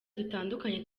dutandukanye